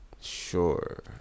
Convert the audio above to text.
sure